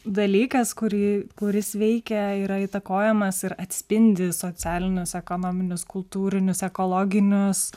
dalykas kurį kuris veikia yra įtakojamas ir atspindi socialines ekonomines kultūrines ekologinius